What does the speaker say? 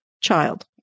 Child